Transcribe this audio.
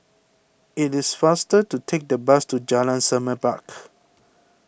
it is faster to take the bus to Jalan Semerbak